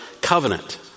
covenant